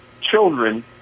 children